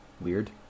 weird